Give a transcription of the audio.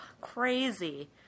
crazy